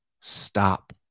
stop